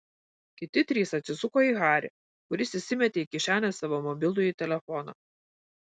kiti trys atsisuko į harį kuris įsimetė į kišenę savo mobilųjį telefoną